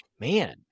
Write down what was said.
man